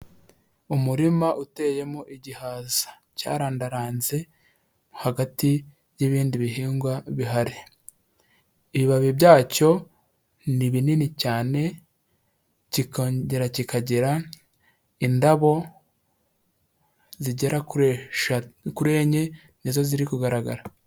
Umurima uteyemo igihaza cyarandaranze hagati y'ibindi bihingwa bihari, ibibabi byacyo ni binini cyane, kikongera kikagira indabo zigera kuri enye, ni zo ziri kugaragara.